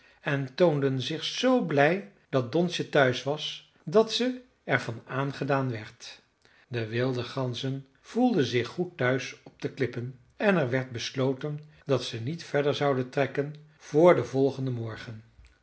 en toonden zich zoo blij dat donsje thuis was dat ze er van aangedaan werd de wilde ganzen voelden zich goed thuis op de klippen en er werd besloten dat ze niet verder zouden trekken voor den volgenden morgen